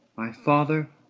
my father,